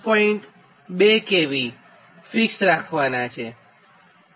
2 kV fix રાખવાનાં છે